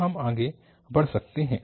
तो हम आगे बढ़ सकते हैं